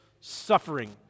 suffering